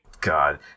God